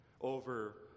over